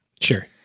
Sure